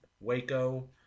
Waco